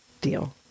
deal